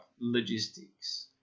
logistics